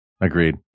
Agreed